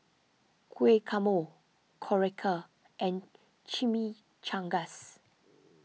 Guacamole Korokke and Chimichangas